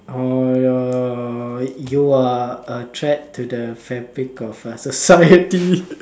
err you are a threat to the fabric of uh society